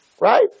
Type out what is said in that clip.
right